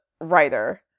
writer